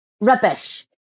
Rubbish